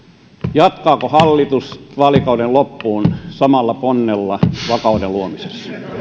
jatkaako hallitus vaalikauden loppuun samalla ponnella vakauden luomisessa